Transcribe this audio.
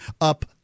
up